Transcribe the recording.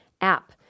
app